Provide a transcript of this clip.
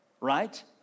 right